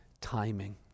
timing